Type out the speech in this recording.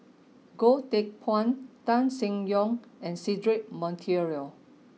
Goh Teck Phuan Tan Seng Yong and Cedric Monteiro